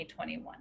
2021